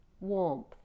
warmth